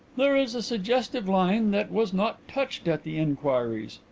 there is a suggestive line that was not touched at the inquiries,